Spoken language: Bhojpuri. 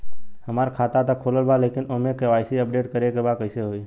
हमार खाता ता खुलल बा लेकिन ओमे के.वाइ.सी अपडेट करे के बा कइसे होई?